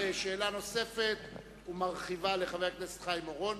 שאלה נוספת ומרחיבה לחבר הכנסת חיים אורון.